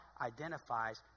identifies